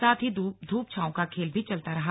साथ ही ध्रप छांव का खेल भी चलता रहा